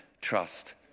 trust